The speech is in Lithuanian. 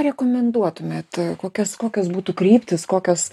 rekomenduotumėt kokias kokios būtų kryptys kokios